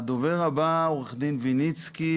הדובר הבא, עורך דין וניצקי.